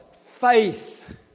faith